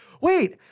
Wait